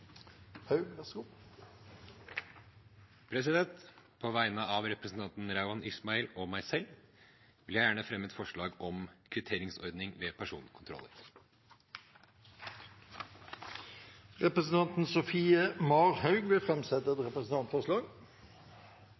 På vegne av representanten Rauand Ismail og meg selv vil jeg gjerne fremme et forslag om kvitteringsordning ved personkontroller. Representanten Sofie Marhaug vil framsette et representantforslag. På vegne av meg selv vil jeg framsette et representantforslag